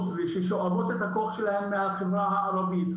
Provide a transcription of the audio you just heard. וששואבות את הכוח שלהם מהחברה הערבית,